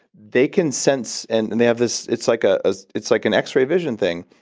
they can sense. and and they have this it's like ah ah it's like an x-ray vision thing.